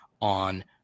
on